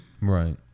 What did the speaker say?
right